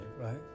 right